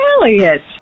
Elliot